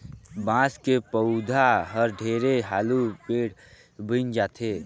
बांस के पउधा हर ढेरे हालू पेड़ बइन जाथे